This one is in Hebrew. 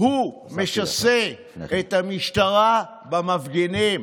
הוא משסה את המשטרה במפגינים.